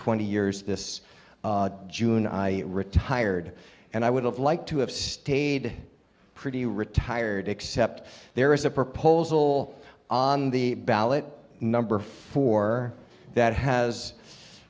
twenty years this june i retired and i would have liked to have stayed pretty retired except there is a proposal on the ballot number four that has